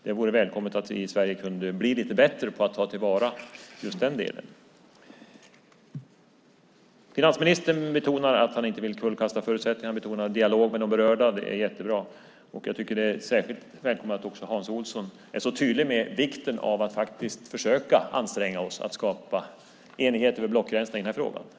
Det vore välkommet om vi i Sverige kunde bli lite bättre på att ta till vara just detta. Finansministern betonar att han inte vill kullkasta förutsättningarna. Han betonar en dialog med de berörda. Det är bra. Det är särskilt välkommet att också Hans Olsson är så tydlig med vikten av att vi faktiskt försöker anstränga oss att skapa enighet över blockgränserna i denna fråga.